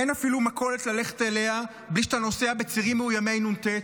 אין אפילו מכולת ללכת אליה בלי שאתה נוסע בצירים מאוימי נ"ט.